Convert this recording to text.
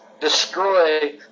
destroy